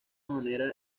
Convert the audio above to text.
manera